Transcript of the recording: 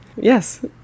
Yes